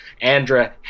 Andra